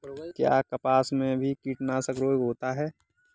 क्या कपास में भी कीटनाशक रोग होता है?